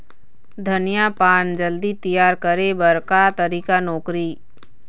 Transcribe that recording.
धनिया पान जल्दी तियार करे बर का तरीका नोकरी?